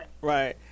Right